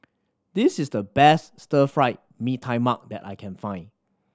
this is the best Stir Fried Mee Tai Mak that I can find